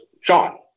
Sean